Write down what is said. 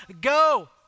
Go